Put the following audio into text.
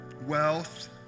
wealth